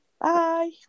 Bye